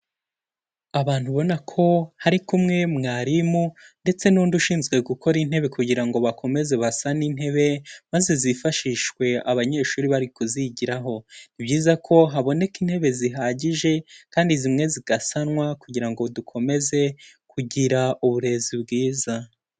Abantu ubona ko hari kumwe mwarimu ndetse n'undi ushinzwe gukora intebe kugira ngo bakomeze basane intebe, maze zifashishwe abanyeshuri bari kuzigiraho, ni byiza ko haboneka intebe zihagije kandi zimwe zigasanwa kugira ngo dukomeze kugira uburezi bwiza.